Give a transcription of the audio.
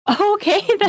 Okay